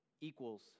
equals